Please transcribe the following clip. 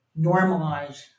normalize